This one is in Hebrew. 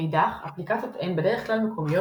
מאידך – האפליקציות הן בדרך-כלל מקומיות,